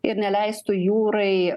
ir neleistų jūrai